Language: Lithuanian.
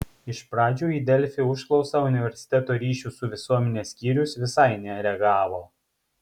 iš pradžių į delfi užklausą universiteto ryšių su visuomene skyrius visai nereagavo